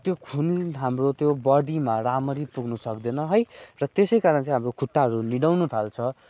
त्यो खुन हाम्रो त्यो बडीमा रामरी पुग्नु सक्दैन है र त्यसै कारण चाहिँ हाम्रो खुट्टाहरू निदाउनु थाल्छ